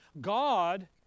God